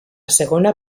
segona